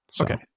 Okay